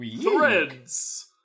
Threads